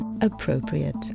appropriate